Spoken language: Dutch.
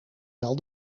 wel